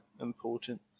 important